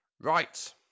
Right